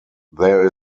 there